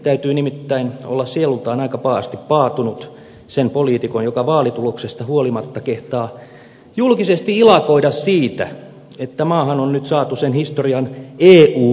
täytyy nimittäin olla sielultaan aika pahasti paatunut sen poliitikon joka vaalituloksesta huolimatta kehtaa julkisesti ilakoida siitä että maahan on nyt saatu sen historian eu myönteisin hallitus